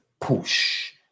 push